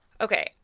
Okay